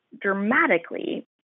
dramatically